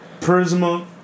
Prisma